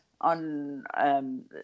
on